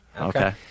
Okay